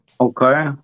Okay